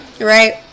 Right